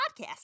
podcast